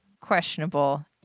questionable